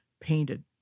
painted